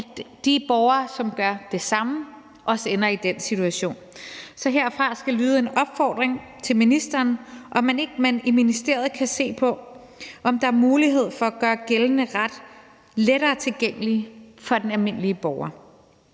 de borgere, der gør det samme, også ender i den situation. Så herfra skal der lyde en opfordring til ministeren til, om ikke man i ministeriet kan se på, om der er mulighed for at gøre gældende ret lettere tilgængelig for den almindelige borger.